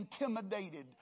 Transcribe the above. intimidated